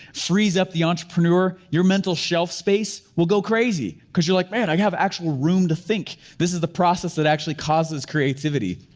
frees up the entrepreneur, your mental shelf space, will go crazy, cause you're like man, i have actual room to think. this is the process that actually causes creativity.